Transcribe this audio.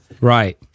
Right